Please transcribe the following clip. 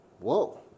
whoa